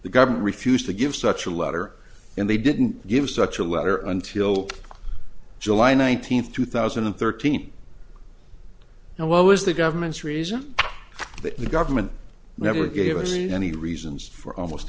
the government refused to give such a letter and they didn't give such a letter until july nineteenth two thousand and thirteen and what was the government's reason that the government never gave us any reasons for almost